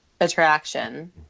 attraction